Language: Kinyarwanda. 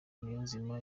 niyonzima